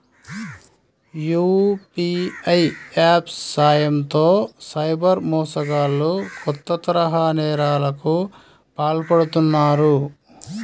UPI apps సాయంతో cyber మోసగాళ్లు కొత్త తరహా నేరాలకు పాల్పడుతున్నారు